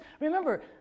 Remember